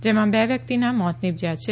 જેમાં બે વ્યક્તિના મોત નિપજ્યા છે